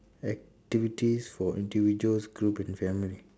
activities for individuals group and family